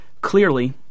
Clearly